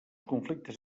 conflictes